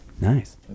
Nice